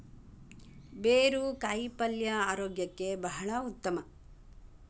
ಬೇರು ಕಾಯಿಪಲ್ಯ ಆರೋಗ್ಯಕ್ಕೆ ಬಹಳ ಉತ್ತಮ